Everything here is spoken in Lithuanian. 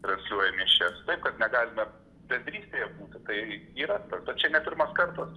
transliuoja mišias kad negalime bendrystėje būti tai yra ta bet čia ne pirmas kartas